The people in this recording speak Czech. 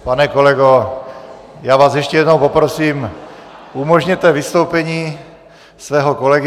Pane kolego, já vás ještě jednou poprosím, umožněte vystoupení svého kolegy.